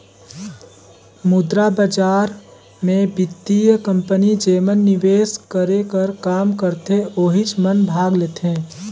मुद्रा बजार मे बित्तीय कंपनी जेमन निवेस करे कर काम करथे ओहिच मन भाग लेथें